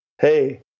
hey